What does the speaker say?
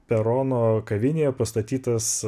perono kavinėje pastatytas